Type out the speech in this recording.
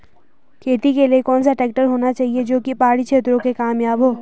खेती के लिए कौन सा ट्रैक्टर होना चाहिए जो की पहाड़ी क्षेत्रों में कामयाब हो?